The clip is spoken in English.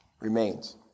remains